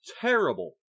terrible